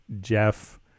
Jeff